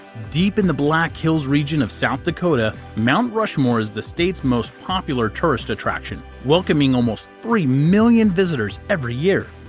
deep in the black hills region of south dakota, mount rushmore is the state's most popular tourist attraction, welcoming almost three million visitors every year.